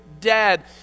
dead